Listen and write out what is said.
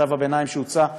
צו הביניים שהוצא,